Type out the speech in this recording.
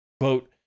Quote